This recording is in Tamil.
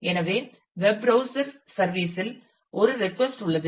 எனவே வெப் ப்ரௌஸ்சர் service இல் ஒரு ரெட்கொஸ்ட் உள்ளது